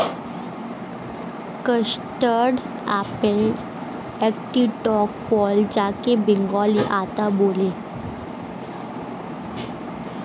custard apple একটি টক ফল যাকে বাংলায় আতা বলে